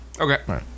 Okay